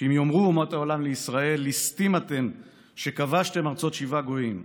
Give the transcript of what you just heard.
שאם יאמרו אומות העולם לישראל: ליסטים אתם שכבשתם ארצות שבעה גויים,